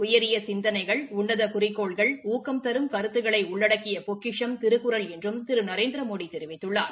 உயரிய சிந்தனைகள் உள்ளத குறிக்கோள்கள் ஊக்கம் தரும் கருத்துக்களை உள்ளடக்கிய பொக்கிஷம் திருக்குறள் என்றும் திரு நரேந்திரமோடி தெரிவித்துள்ளார்